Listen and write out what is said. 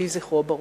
יהי זכרו ברוך.